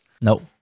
no